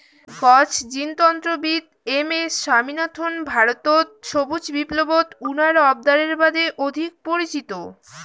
গছ জিনতত্ত্ববিদ M S Swaminathan ভারতত সবুজ বিপ্লবত উনার অবদানের বাদে অধিক পরিচিত